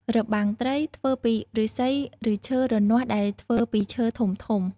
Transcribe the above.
របាំងត្រី ធ្វើពីឫស្សីឬឈើ រនាស់ ដែលធ្វើពីឈើធំៗ។